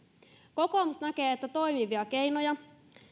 kokoomus näkee että toimivia keinoja